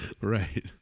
right